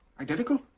Identical